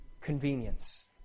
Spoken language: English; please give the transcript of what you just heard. convenience